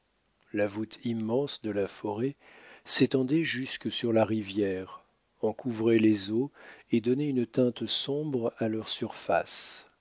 la voûte immense de la forêt s'étendait jusque sur la rivière en couvrait les eaux et donnait une teinte sombre à leur surface